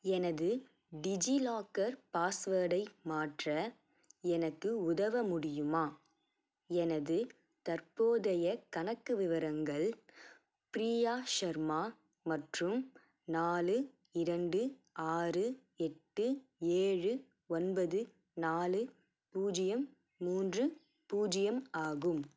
எனது டிஜிலாக்கர் பாஸ்வேர்டை மாற்ற எனக்கு உதவ முடியுமா எனது தற்போதைய கணக்கு விவரங்கள் ப்ரியா ஷர்மா மற்றும் நாலு இரண்டு ஆறு எட்டு ஏழு ஒன்பது நாலு பூஜ்ஜியம் மூன்று பூஜ்ஜியம் ஆகும்